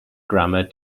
grammar